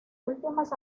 últimas